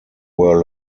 were